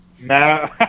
No